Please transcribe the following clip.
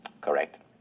Correct